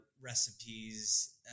recipes